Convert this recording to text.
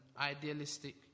idealistic